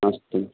अस्तु